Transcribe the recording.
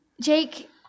Jake